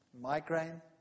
Migraine